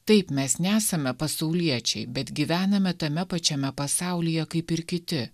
taip mes nesame pasauliečiai bet gyvename tame pačiame pasaulyje kaip ir kiti